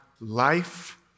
life